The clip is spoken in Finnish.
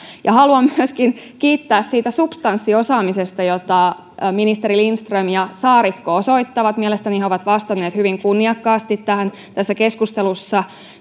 haluan myöskin kiittää siitä substanssiosaamisesta jota ministerit lindström ja saarikko osoittavat mielestäni he ovat vastanneet hyvin kunniakkaasti kysymyksiin tässä keskustelussa